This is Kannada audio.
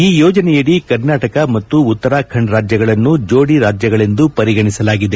ಈ ಯೋಜನೆಯಡಿ ಕರ್ನಾಟಕ ಮತ್ತು ಉತ್ತರಾಖಂಡ್ ರಾಜ್ಯಗಳನ್ನು ಜೋಡಿ ರಾಜ್ಯಗಳೆಂದು ಪರಿಗಣಿಸಲಾಗಿದೆ